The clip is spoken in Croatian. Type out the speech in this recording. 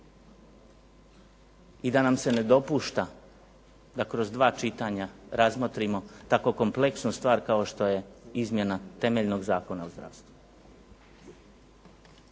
i da nam se ne dopušta da kroz dva čitanja razmotrimo tako kompleksnu stvar kao što je izmjena temeljnog zakona u zdravstvu.